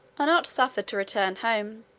are not suffered to return home,